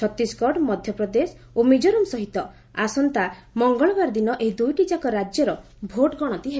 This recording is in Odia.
ଛତିଶଗଡ ମଧ୍ୟପ୍ରଦେଶ ଓ ମିଜୋରାମ ସହିତ ଆସନ୍ତା ମଙ୍ଗଳବାରଦିନ ଏହି ଦୁଇଟି ଯାକ ରାଜ୍ୟର ଭୋଟଗଣତି ହେବ